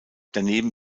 daneben